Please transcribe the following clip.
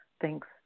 thanks